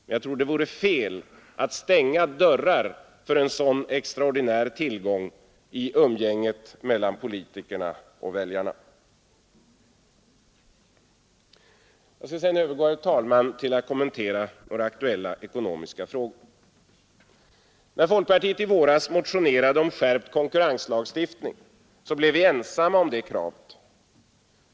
Men jag tror att det vore fel att stänga dörrar för en sådan extraordinär tillgång i umgänget mellan politikerna och väljarna. Jag övergår härefter, herr talman, till att kommentera några aktuella ekonomiska frågor. När folkpartiet i våras motionerade om skärpt konkurrenslagstiftning blev vi ensamma om det kravet.